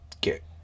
get